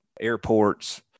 airports